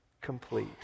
complete